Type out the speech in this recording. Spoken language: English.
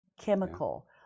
chemical